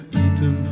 eaten